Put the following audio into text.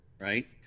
Right